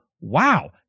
wow